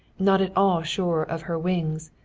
not at all sure of her wings,